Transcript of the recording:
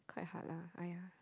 quite hard lah I